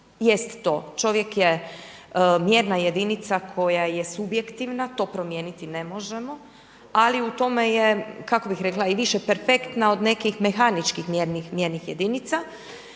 čovjek je mjerna jedinica koja je subjektivna. To promijeniti ne možemo, ali u tome je kako bih rekla i više perfektna od nekih mehaničkih mjernih jedinica.